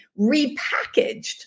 repackaged